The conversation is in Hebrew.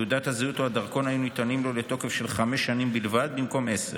תעודת הזהות או הדרכון היו ניתנים לו לתוקף של חמש שנים בלבד במקום עשר.